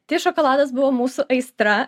tai šokoladas buvo mūsų aistra